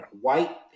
White